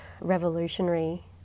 revolutionary